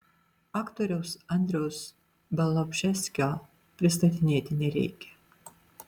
aktoriaus andriaus bialobžeskio pristatinėti nereikia